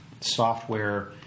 software